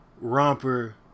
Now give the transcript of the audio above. romper